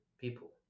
people